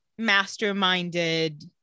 masterminded